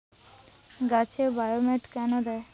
গাছে বায়োমেট কেন দেয়?